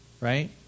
right